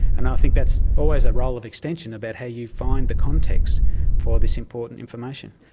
and i think that's always a role of extension about how you find the context for this important information.